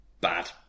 Bad